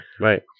right